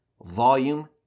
Volume